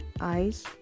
eyes